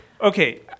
okay